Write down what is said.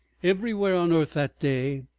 everywhere on earth that day,